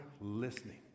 listening